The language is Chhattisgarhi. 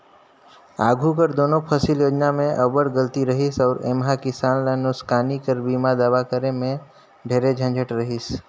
आघु कर दुनो फसिल योजना में अब्बड़ गलती रहिस अउ एम्हां किसान ल नोसकानी कर बीमा दावा करे में ढेरे झंझट रहिस